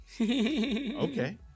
Okay